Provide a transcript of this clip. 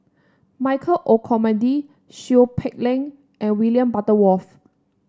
Michael Olcomendy Seow Peck Leng and William Butterworth